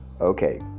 Okay